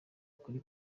kuri